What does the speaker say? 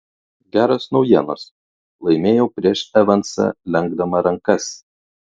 geros naujienos laimėjau prieš evansą lenkdama rankas